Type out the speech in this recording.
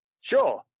Sure